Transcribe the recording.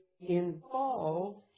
involved